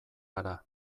gara